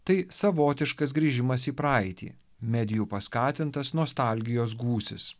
tai savotiškas grįžimas į praeitį medijų paskatintas nostalgijos gūsis